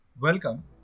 Welcome